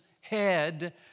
head